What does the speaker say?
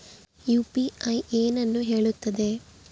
UPI ಏನನ್ನು ಹೇಳುತ್ತದೆ?